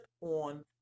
on